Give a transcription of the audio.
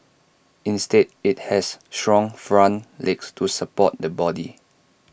instead IT has strong front legs to support the body